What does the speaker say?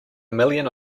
million